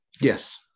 Yes